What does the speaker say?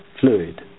fluid